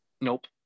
Nope